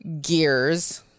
gears